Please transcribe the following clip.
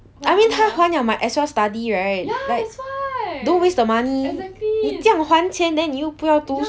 I mean 他还了 might as well study right like don't waste the money 你这样还钱 then 你又不要读书